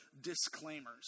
disclaimers